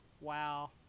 wow